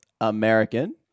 American